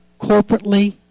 corporately